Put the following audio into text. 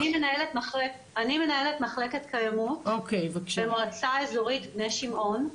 אני מנהלת מחלקת קיימות במועצה האזורית בני שמעון.